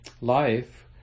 life